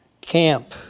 camp